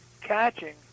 catching